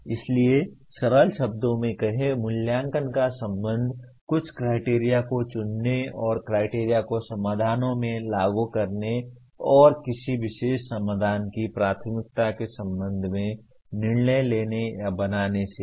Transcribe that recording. इसलिए सरल शब्दों में कहें मूल्यांकन का संबंध कुछ क्राइटेरिया को चुनने और इन क्राइटेरिया को समाधानों में लागू करने और किसी विशेष समाधान की प्राथमिकता के संबंध में निर्णय लेने या बनाने से है